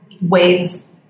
waves